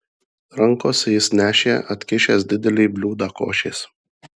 rankose jis nešė atkišęs didelį bliūdą košės